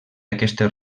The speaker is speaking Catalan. aquestes